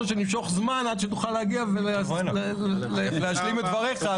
שנמשוך זמן עד שתוכל להגיע ולהשלים את דבריך.